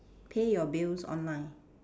pay your bills online